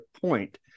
point